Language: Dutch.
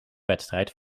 wedstrijd